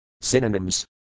synonyms